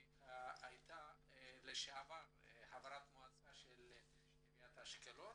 היא לשעבר חברת מועצה של עיריית אשקלון.